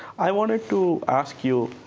i wanted to ask you,